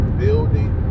building